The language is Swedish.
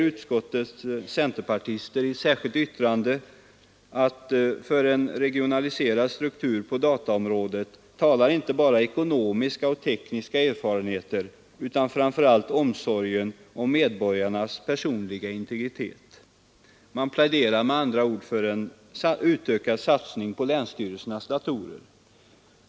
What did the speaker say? Utskottets centerpartister säger i ett särskilt yttrande: ”För en regionaliserad struktur på dataområdet talar inte bara ekonomiska och tekniska erfarenheter utan framför allt ——— omsorgen om medborgarnas personliga integritet.” Man pläderar med andra ord för en utökad satsning på länsstyrelsernas datorer.